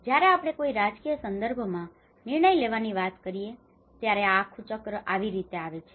તેથી જ્યારે આપણે કોઈ રાજકીય સંદર્ભમાં નિર્ણય લેવાની વાત કરીએ ત્યારે આ આખું ચક્ર આ રીતે આવે છે